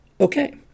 okay